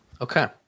Okay